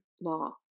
law